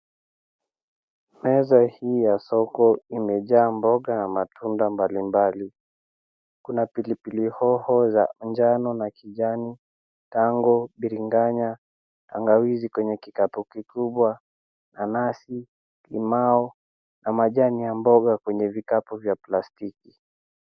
Meza hii ya soko imejaa mboga na matunda mbalimbali. Kuna pilipili hoho za njano na kijani, tango, biriganya, tangawizi kwenye kikapu kikubwa, nanasi, limau, na majani ya mboga kwenye vikapu vya plastiki.